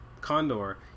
Condor